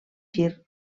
gir